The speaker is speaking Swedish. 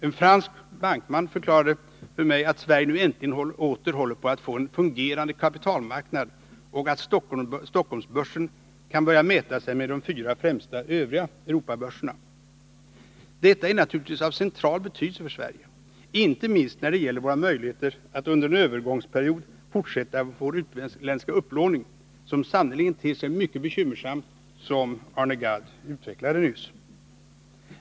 En fransk bankman förklarade för mig att Sverige nu äntligen åter håller på att få en fungerande kapitalmarknad och att Stockholmsbörsen kan mäta sig med de fyra främsta övriga Europabörserna. Detta är naturligtvis av central betydelse för Sverige. Inte minst när det gäller våra möjligheter att under en övergångsperiod fortsätta vår utländska upplåning som sannerligen ter sig mycket bekymmersam, vilket Arne Gadd nyss berörde.